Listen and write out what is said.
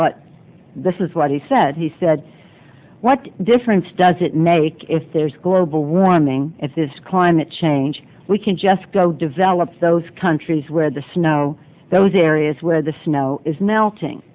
but this is what he said he said what difference does it make if there's global warming if this climate change we can just go develop those countries where the snow that was there where the snow is melting